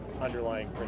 underlying